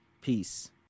peace